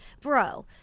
bro